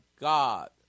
God